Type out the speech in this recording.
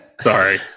Sorry